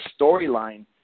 storyline